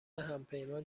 همپیمان